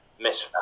Miss